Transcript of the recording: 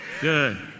Good